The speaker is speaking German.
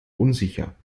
unsicher